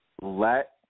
Let